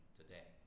today